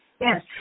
Yes